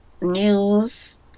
news